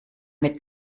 mit